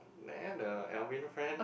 there the Alvin friend